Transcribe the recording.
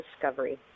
Discovery